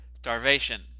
Starvation